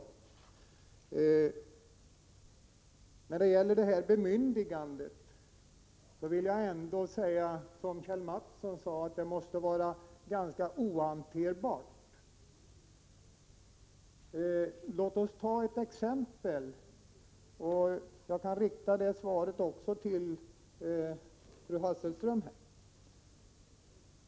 Det här bemyndigandet måste, som Kjell Mattsson sade, ändå vara ganska svårhanterbart. Låt oss ta ett exempel. Detta kan också vara ett svar till fru Hasselström Nyvall.